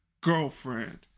girlfriend